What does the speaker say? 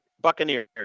Buccaneers